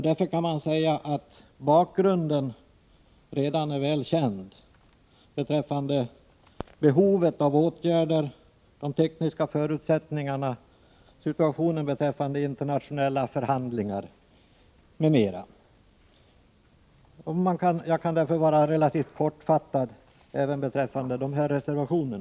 Därmed kan man säga att bakgrunden redan är väl känd beträffande behovet av åtgärder, de tekniska förutsättningarna, situationen i fråga om internationella förhandlingar m.m. Jag kan därför vara relativt kortfattad även beträffande dessa reservationer.